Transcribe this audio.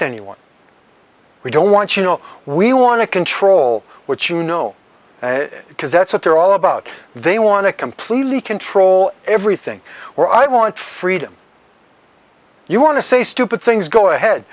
to anyone we don't want you know we want to control what you know because that's what they're all about they want to completely control everything or i want freedom you want to say stupid things go ahead